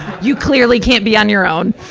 you clearly can't be on your own.